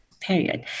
period